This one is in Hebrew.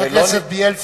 חבר הכנסת בילסקי,